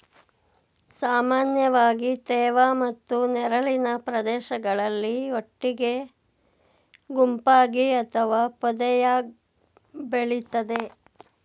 ಸಾಮಾನ್ಯವಾಗಿ ತೇವ ಮತ್ತು ನೆರಳಿನ ಪ್ರದೇಶಗಳಲ್ಲಿ ಒಟ್ಟಿಗೆ ಗುಂಪಾಗಿ ಅಥವಾ ಪೊದೆಯಾಗ್ ಬೆಳಿತದೆ